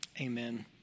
Amen